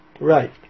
right